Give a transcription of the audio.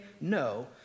No